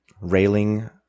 railing